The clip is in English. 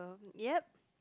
yep